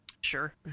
Sure